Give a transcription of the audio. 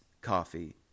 coffee